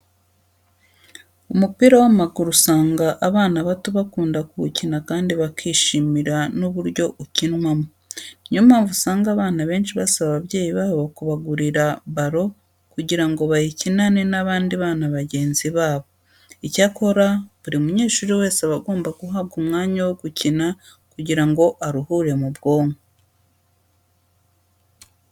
Umupira w'amaguru usanga abana bato bakunda kuwukina kandi bakishimira n'uburyo ukinwamo. Niyo mpamvu usanga abana benshi basaba ababyeyi babo kubagurira baro kugira ngo bayikinane n'abandi bana bagenzi babo. Icyakora buri munyeshuri wese aba agomba guhabwa umwanya wo gukina kugira ngo aruhure ubwonko.